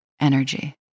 energy